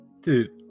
Dude